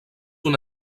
una